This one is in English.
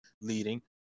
leading